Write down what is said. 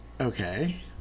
okay